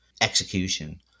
execution